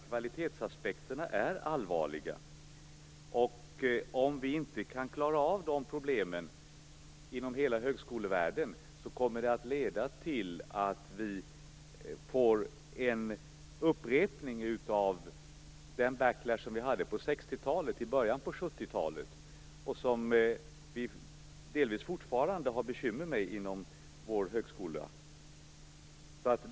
Kvalitetsaspekterna är allvarliga. Om vi inte kan klara av de problemen inom hela högskolevärlden kommer det att leda till att vi får en upprepning av den backlash vi hade på 60-talet och i början av 70-talet och som vi fortfarande delvis har bekymmer med inom vår högskola.